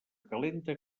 calenta